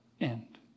end